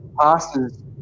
passes